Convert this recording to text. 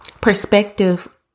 perspective